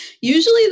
Usually